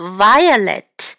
violet